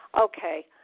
okay